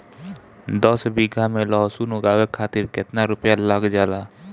दस बीघा में लहसुन उगावे खातिर केतना रुपया लग जाले?